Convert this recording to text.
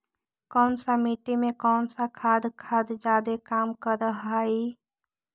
कौन सा मिट्टी मे कौन सा खाद खाद जादे काम कर हाइय?